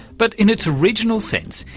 but, in its original sense,